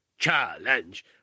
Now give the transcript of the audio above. Challenge